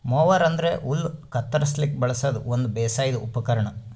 mower ಅಂದ್ರ ಹುಲ್ಲ್ ಕತ್ತರಸ್ಲಿಕ್ ಬಳಸದ್ ಒಂದ್ ಬೇಸಾಯದ್ ಉಪಕರ್ಣ್